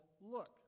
Look